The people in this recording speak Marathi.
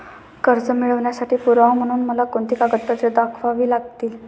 कर्ज मिळवण्यासाठी पुरावा म्हणून मला कोणती कागदपत्रे दाखवावी लागतील?